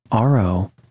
ro